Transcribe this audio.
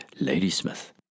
Ladysmith